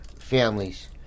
families